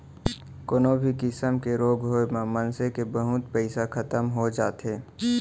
कोनो भी किसम के रोग होय म मनसे के बहुत पइसा खतम हो जाथे